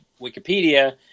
Wikipedia